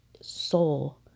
soul